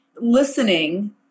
listening